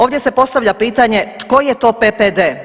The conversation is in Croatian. Ovdje se postavlja pitanje tko je to PPD?